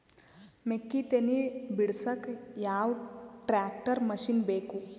ಮೆಕ್ಕಿ ತನಿ ಬಿಡಸಕ್ ಯಾವ ಟ್ರ್ಯಾಕ್ಟರ್ ಮಶಿನ ಬೇಕು?